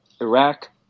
Iraq